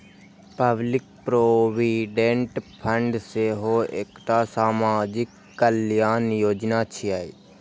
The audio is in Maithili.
पब्लिक प्रोविडेंट फंड सेहो एकटा सामाजिक कल्याण योजना छियै